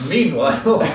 Meanwhile